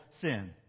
sin